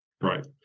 right